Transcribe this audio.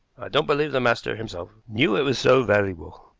don't believe the master himself knew it was so valuable.